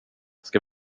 ska